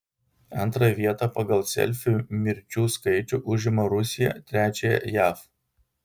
antrąją vietą pagal selfių mirčių skaičių užima rusija trečiąją jav